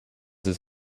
his